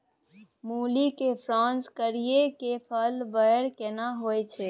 मूली के क्रॉस करिये के फल बर केना होय छै?